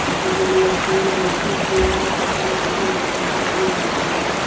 बच्चों के लिए स्कूल जब ये स्कूल खुल रहा है तो उसके लिए जो भी मदद हमसे होगी वो हम कर देंगे